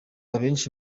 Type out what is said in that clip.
abenshi